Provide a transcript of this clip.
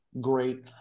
great